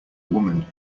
woman